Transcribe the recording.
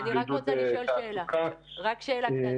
אני חושב שכבר דיברנו בעבר בוועדה הקודמת.